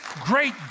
great